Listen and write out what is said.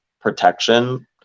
protection